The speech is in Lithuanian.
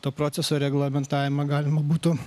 to proceso reglamentavimą galima būtų